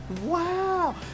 Wow